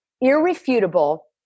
irrefutable